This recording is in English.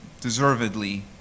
deservedly